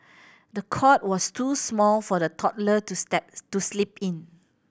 the cot was too small for the toddler to step to sleep in